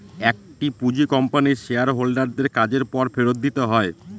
একটি পুঁজি কোম্পানির শেয়ার হোল্ডার দের কাজের পর ফেরত দিতে হয়